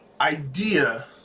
idea